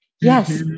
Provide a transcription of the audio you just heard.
Yes